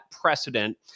precedent